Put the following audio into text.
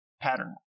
pattern